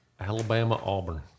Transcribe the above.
Alabama-Auburn